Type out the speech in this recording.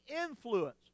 influence